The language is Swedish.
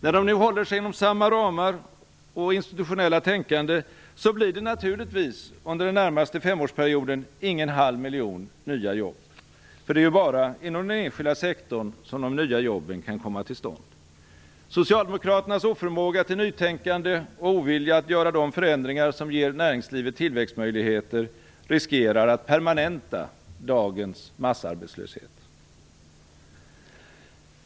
När de nu håller sig inom samma ramar och institutionella tänkande, blir det naturligtvis under den närmaste femårsperioden ingen halv miljon nya jobb. För det är bara inom den enskilda sektorn som de nya jobben kan komma till stånd. Socialdemokraternas oförmåga till nytänkande och ovilja att göra de förändringar som ger näringslivet tillväxtmöjligheter riskerar att permanenta dagens massarbetslöshet.